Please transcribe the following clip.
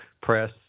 press